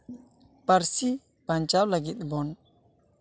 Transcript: ᱯᱟᱹᱨᱥᱤ ᱵᱟᱧᱪᱟᱣ ᱞᱟᱹᱜᱤᱫ ᱵᱚᱱ